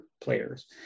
players